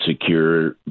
secure